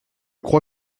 crois